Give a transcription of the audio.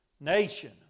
nation